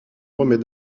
remet